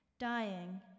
dying